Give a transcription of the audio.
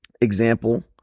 example